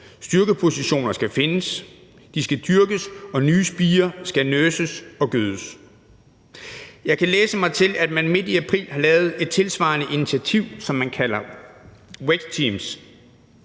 Styrkepositioner skal findes, de skal dyrkes, og nye spirer skal nurses og gødes. Jeg kan læse mig til, at man midt i april har lavet et tilsvarende initiativ, som man kalder